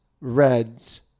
Reds